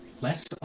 less